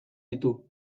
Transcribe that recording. ditu